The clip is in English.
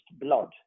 blood